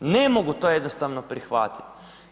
Ne mogu to jednostavno prihvatiti.